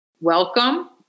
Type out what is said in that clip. Welcome